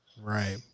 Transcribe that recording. right